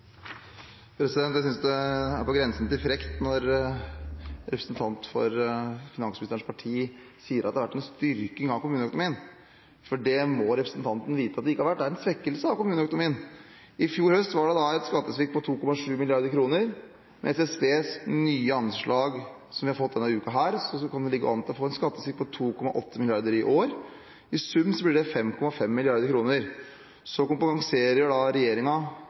på grensen til frekt når en representant for finansministerens parti sier at det har vært en styrking av kommuneøkonomien, for det må representanten vite at det ikke har vært. Det er en svekkelse av kommuneøkonomien. I fjor høst var det en skattesvikt på 2,7 mrd. kr, mens i SSBs nye anslag, som vi har fått denne uka, ligger vi an til å få en skattesvikt på 2,8 mrd. kr i år. I sum blir det 5,5 mrd. kr. Så kompenserer